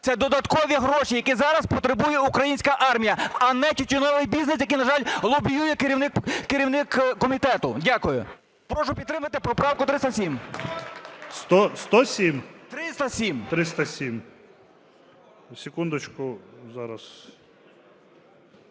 це додаткові гроші, яких зараз потребує українська армія, а не тютюновий бізнес, який, на жаль, лобіює керівник комітету. Дякую. Прошу підтримати поправку 307. ГОЛОВУЮЧИЙ. 107? В’ЯТРОВИЧ В.М.